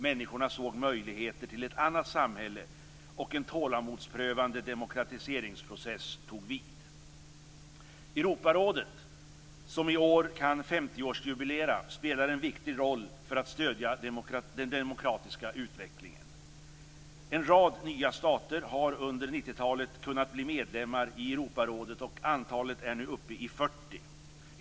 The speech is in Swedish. Människorna såg möjligheter till ett annat samhälle, och en tålamodsprövande demokratiseringsprocess tog vid. Europarådet, som i år kan 50-årsjubilera, spelar en viktig roll för att stödja den demokratiska utvecklingen. En rad nya stater har under 90-talet kunnat bli medlemmar i Europarådet och antalet är nu uppe i 40.